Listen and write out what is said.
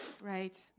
right